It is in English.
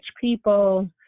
people